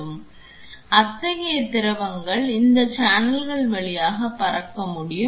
எனவே அத்தகைய திரவங்கள் இந்த சேனல்கள் வழியாகவும் பறக்க முடியும்